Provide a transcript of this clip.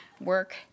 Work